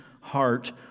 heart